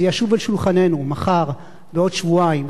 זה ישוב אל שולחננו, מחר, בעוד שבועיים.